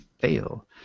fail